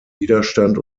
widerstand